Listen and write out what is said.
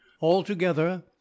altogether